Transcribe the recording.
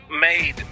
made